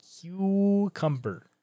Cucumber